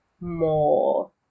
more